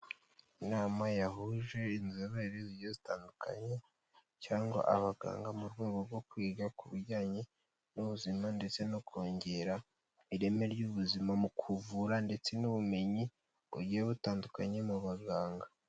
Inama yahuje inzobere zigiye zitandukanye cyangwa abaganga mu rwego rwo kwiga ku bijyanye n'ubuzima ndetse no kongera ireme ry'ubuzima mu kuvura ndetse n'ubumenyi bugiye butandukanye mu baganga.